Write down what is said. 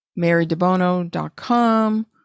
marydebono.com